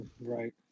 Right